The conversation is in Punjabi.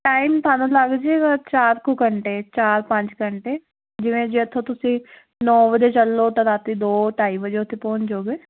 ਟਾਈਮ ਤੁਹਾਨੂੰ ਲੱਗ ਜੂਗਾ ਚਾਰ ਕੁ ਘੰਟੇ ਚਾਰ ਪੰਜ ਘੰਟੇ ਜਿਵੇਂ ਜੇ ਇਥੋਂ ਤੁਸੀਂ ਨੌਂ ਵਜੇ ਚੱਲੋ ਤਾਂ ਰਾਤੀ ਦੋ ਢਾਈ ਵਜੇ ਉਥੇ ਪਹੁੰਚ ਜਾਓਗੇ